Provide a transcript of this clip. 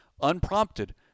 unprompted